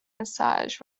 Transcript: massage